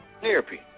therapy